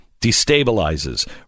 destabilizes